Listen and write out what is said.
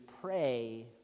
pray